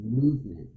movement